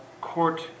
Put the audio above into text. court